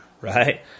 right